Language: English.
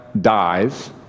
dies